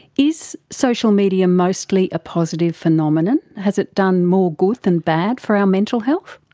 is social media mostly a positive phenomenon? has it done more good than bad for our mental health?